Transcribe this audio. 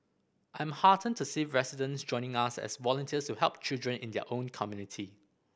I'm heartened to see residents joining us as volunteers to help children in their own community